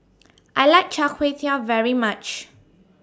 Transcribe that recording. I like Char Kway Teow very much